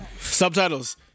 Subtitles